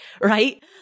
right